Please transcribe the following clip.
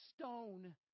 stone